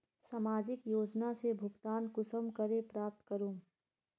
सामाजिक योजना से भुगतान कुंसम करे प्राप्त करूम?